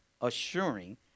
assuring